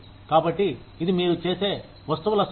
కాబట్టి ఇది మీరు చేసే వస్తువుల సంఖ్య